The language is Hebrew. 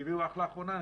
שהביאו רק לאחרונה,